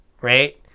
right